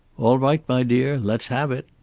all right, my dear. let's have it.